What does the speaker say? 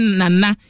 nana